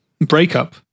breakup